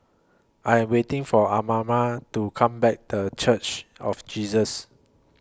I Am waiting For Amara to Come Back The Church of Jesus